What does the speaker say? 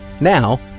Now